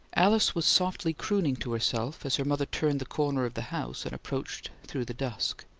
alice was softly crooning to herself as her mother turned the corner of the house and approached through the dusk.